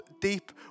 deep